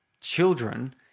children